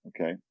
okay